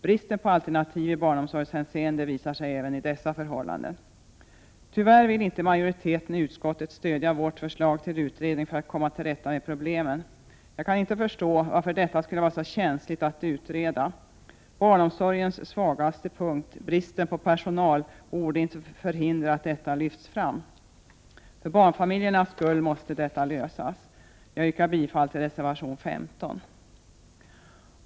Bristen på alternativ i barnomsorgshänseende visar sig även i dessa förhållanden. Tyvärr vill inte majoriteten i utskottet stödja vårt förslag till utredning för att komma till rätta med problemen. Jag kan inte förstå varför detta skulle vara så känsligt att utreda. Barnomsorgens svagaste punkt, bristen på personal, borde inte förhindra att detta lyfts fram. För barnfamiljernas skull måste detta lösas. Jag yrkar bifall till reservation 15.